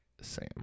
Sam